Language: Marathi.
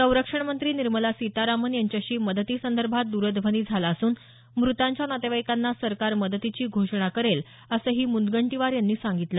संरक्षण मंत्री निर्मला सीतारामन यांच्याशी मदतीसंदर्भात दरध्वनी झाला असून मृतांच्या नातेवाईकांना सरकार मदतीची घोषणा करेल असंही मुनगंटीवार यांनी सांगितलं